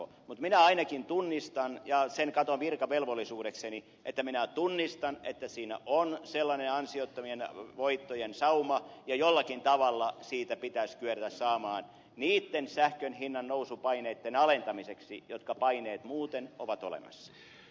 mutta minä ainakin tunnistan ja sen katson virkavelvollisuudekseni että minä tunnistan että siinä on sellainen ansiottomien voittojen sauma ja jollakin tavalla siitä pitäisi kyetä saamaan niitten sähkönhinnan nousupaineitten alentamiseksi jotka paineet muuten ovat olemassa